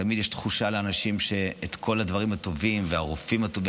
תמיד יש תחושה לאנשים שכל הדברים הטובים והרופאים הטובים